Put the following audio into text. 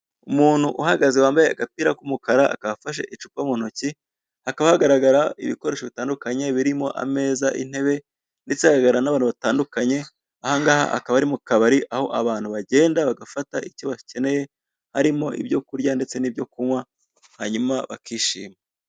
Umuntu uhagaze wambaye agapira k'umukara akaba afashe icupa mu ntoki, hakaba hagaragara ibikoresho bitandukanye birimo ameza, intebe, ndetse hakagaragara n'abantu batandukanye, ahangaha akaba ari mu kabari aho abantu bagenda bagafata icyo bakeneye harimo ibyo kurya ndetse n'ibyo kunywa hanyuma bakishima.